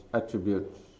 attributes